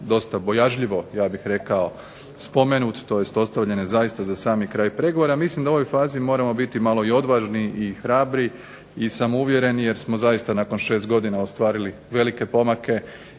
dosta bojažljivo spomenut, tj. ostavljen je zaista za sami kraj pregovora, mislim da u ovoj fazi moramo biti i odvažni i hrabri i samouvjereni jer smo zaista nakon 6 godina ostvarili velike pomake